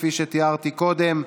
כפי שתיארתי קודם.